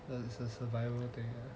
可以生存嘛对不对